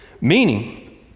Meaning